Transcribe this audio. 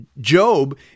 Job